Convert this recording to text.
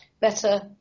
better